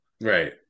Right